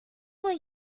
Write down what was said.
will